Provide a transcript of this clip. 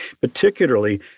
particularly